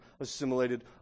assimilated